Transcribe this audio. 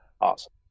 awesome